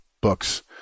books